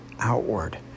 outward